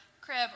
crib